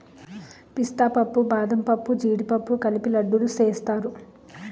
పిస్తా పప్పు బాదంపప్పు జీడిపప్పు కలిపి లడ్డూలు సేస్తారు